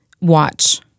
Watch